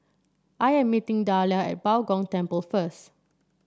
I am meeting Dahlia at Bao Gong Temple first